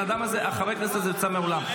וחבר הכנסת הזה יוצא מהאולם.